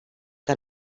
que